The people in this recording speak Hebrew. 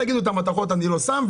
ואז תגידו: את המתכות אנחנו לא שמים,